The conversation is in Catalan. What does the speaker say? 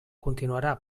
continuarà